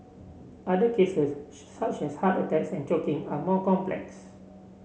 other cases such as heart attacks and choking are more complex